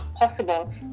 possible